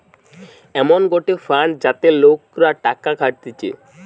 এমন গটে ফান্ড যাতে লোকরা টাকা খাটাতিছে